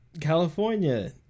California